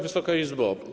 Wysoka Izbo!